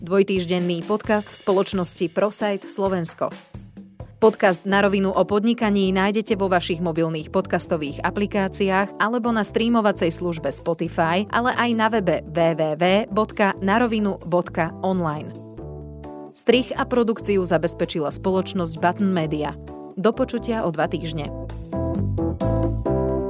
Dvojtýždenný podcast spoločnosti Prosajt Slovensko. Podcast Na rovinu o podnikaní nájdete vo vašich mobilných podcastových aplikáciách alebo na streamovacej službe Spotify, ale aj na webe www.narovinu.online. Strich a produkciu zabezpečila spoločnosť Button Media. Do počutia o dva týždne.